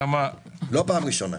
לא פעם ראשונה.